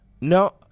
No